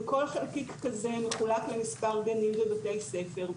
וכל חלקיק כזה מחולק למספר גנים ובתי ספר.